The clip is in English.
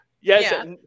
yes